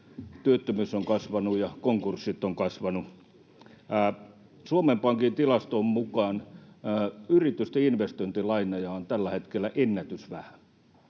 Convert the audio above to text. työttömyys on kasvanut ja konkurssit ovat kasvaneet. Suomen Pankin tilaston mukaan yritysten investointilainoja on tällä hetkellä ennätysvähän.